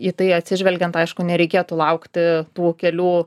į tai atsižvelgiant aišku nereikėtų laukti tų kelių